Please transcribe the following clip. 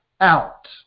out